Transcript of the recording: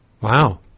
Wow